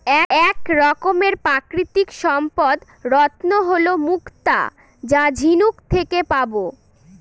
এক রকমের প্রাকৃতিক সম্পদ রত্ন হল মুক্তা যা ঝিনুক থেকে পাবো